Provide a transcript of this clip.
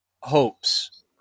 hopes